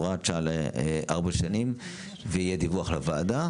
הוראת שעה לארבע שנים ויהיה דיווח לוועדה,